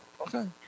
Okay